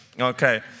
Okay